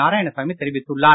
நாராயணசாமி தெரிவித்துள்ளார்